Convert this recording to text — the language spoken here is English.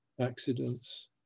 accidents